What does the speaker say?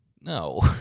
No